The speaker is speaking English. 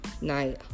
night